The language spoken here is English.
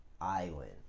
island